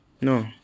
No